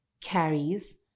carries